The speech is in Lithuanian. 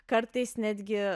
kartais netgi